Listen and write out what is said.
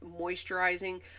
moisturizing